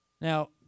Now